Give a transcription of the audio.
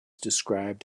described